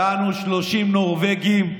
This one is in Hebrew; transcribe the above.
יענו, 30 נורבגים,